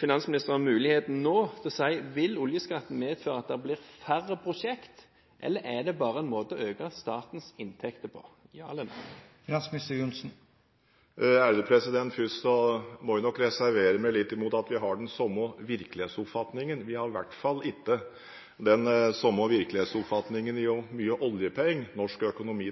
finansministeren muligheten nå til å svare: Vil oljeskatten medføre at det blir færre prosjekter? Eller er det bare en måte å øke statens inntekter på? Ja eller nei. Først må jeg nok reservere meg litt mot at vi har den samme virkelighetsoppfatningen. Vi har i hvert fall ikke den samme virkelighetsoppfatningen av hvor mye oljepenger norsk økonomi